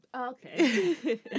Okay